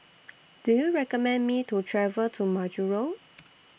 Do YOU recommend Me to travel to Majuro